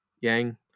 Yang